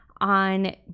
on